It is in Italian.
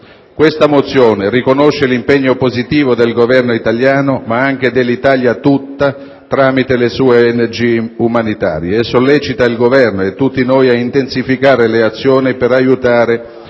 Questa mozione riconosce l'impegno positivo del Governo italiano, ma anche dell'Italia tutta tramite le sue ONG umanitarie, e sollecita il Governo e tutti noi a intensificare le azioni per aiutare